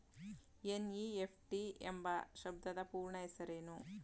NEFT ಎಂಬ ಶಬ್ದದ ಪೂರ್ಣ ಹೆಸರೇನು?